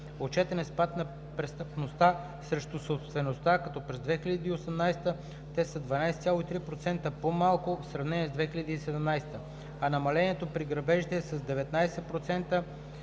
Отчетен е спад на престъпността срещу собствеността, като през 2018 г. те са с 12,3% по-малко в сравнение с 2017 г., а намалението при грабежите е с 19%,